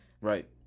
Right